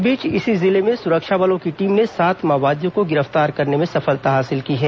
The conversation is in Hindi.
इस बीच इसी जिले में सुरक्षा बलों की टीम ने सात माओवादियों को गिरफ्तार करने में सफलता हासिल की है